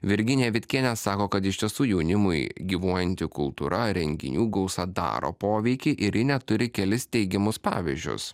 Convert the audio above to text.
virginija vitkienė sako kad iš tiesų jaunimui gyvuojanti kultūra renginių gausa daro poveikį ir ji net turi kelis teigiamus pavyzdžius